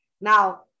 Now